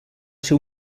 ser